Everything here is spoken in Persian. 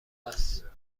است